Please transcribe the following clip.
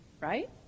right